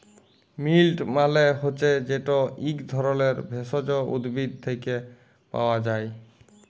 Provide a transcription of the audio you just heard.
মিল্ট মালে হছে যেট ইক ধরলের ভেষজ উদ্ভিদ থ্যাকে পাওয়া যায়